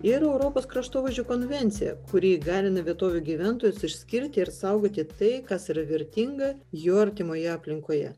ir europos kraštovaizdžio konvencija kuri įgalina vietovių gyventojus išskirti ir saugoti tai kas yra vertinga jų artimoje aplinkoje